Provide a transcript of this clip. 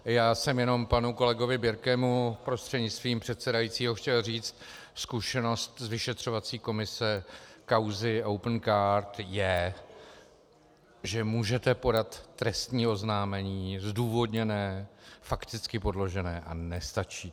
Já jsem jenom panu kolegovi Birkemu prostřednictvím předsedajícího chtěl říct: Zkušenost z vyšetřovací komise kauzy Opencard je, že můžete podat trestní oznámení zdůvodněné, fakticky podložené a nestačí to.